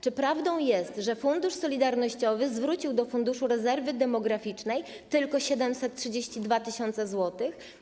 Czy prawdą jest, że Fundusz Solidarnościowy zwrócił do Funduszu Rezerwy Demograficznej tylko 732 tys. zł?